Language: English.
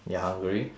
you're hungry